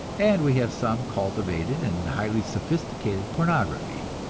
and we have some cultivated and highly sophisticated pornography.